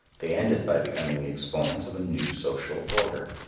they ended by becoming the exponents of a new social order.